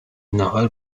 ناهار